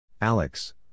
Alex